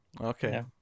Okay